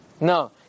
No